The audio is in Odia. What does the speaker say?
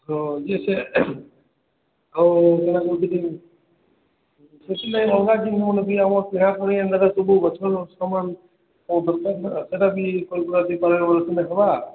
ତ ଯେ ସେ ଆଉ କାଣା କହୁଥିଲି ସେଥିଲାଗି ଆମର ଅଲଗା କେଉଁ ଗଛ ସାମାନ ସେଇଟା ବି ଦେଖିବା